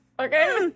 Okay